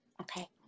Okay